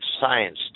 science